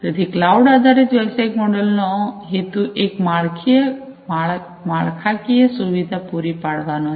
તેથી ક્લાઉડ આધારિત વ્યવસાયિક મોડલ નો હેતુ એક માળખાકીય સુવિધા પૂરી પાડવાનો છે